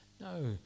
No